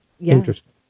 Interesting